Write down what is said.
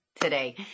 today